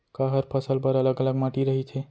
का हर फसल बर अलग अलग माटी रहिथे?